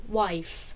wife